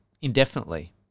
indefinitely